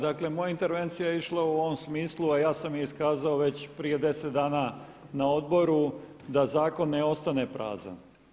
Dakle moja intervencija je išla u ovom smislu, a ja sam je iskazao već prije deset dana na odboru da zakon ne ostane prazan.